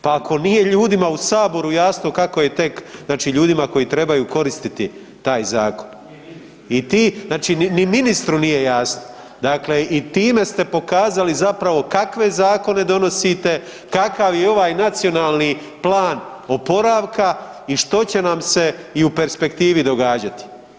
Pa ako nije ljudima u Saboru jasno, kako je tek znači ljudima koji trebaju koristiti taj zakon. ... [[Upadica se ne čuje.]] I ti, znači ni ministru nije jasno i time se pokazali zapravo kakve zakone donosite, kakav je ovaj Nacionalni plan oporavka i što će nam se i u Perspektivi događati.